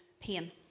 pain